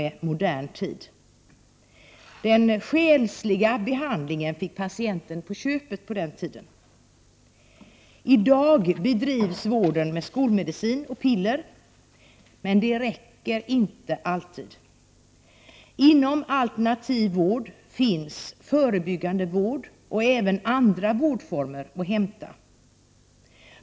Den själsliga behandlingen fick patienten på köpet på den tiden. I dag bedrivs vården med skolmedicin och piller, men det räcker inte alltid. Inom alternativ vård finns förebyggande vård och även andra vårdformer att hämta.